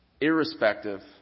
irrespective